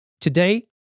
Today